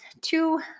two